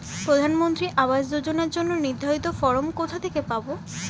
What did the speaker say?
প্রধানমন্ত্রী আবাস যোজনার জন্য নির্ধারিত ফরম কোথা থেকে পাব?